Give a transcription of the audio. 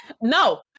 No